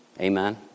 Amen